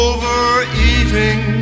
Overeating